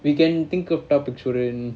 we can think of topics ஒரு:oru